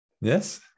Yes